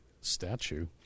statue